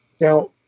Now